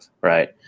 right